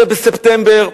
ב-11 בספטמבר,